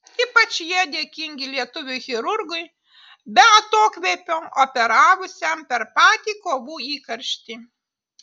ypač jie dėkingi lietuviui chirurgui be atokvėpio operavusiam per patį kovų įkarštį